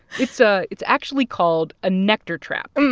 it's ah it's actually called a nectar trap.